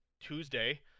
Tuesday